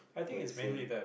for your saving